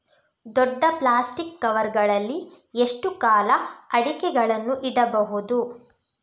ದೊಡ್ಡ plastic cover ಗಳಲ್ಲಿ ಎಷ್ಟು ಕಾಲ ಅಡಿಕೆಗಳನ್ನು ಇಡಬಹುದು?